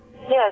yes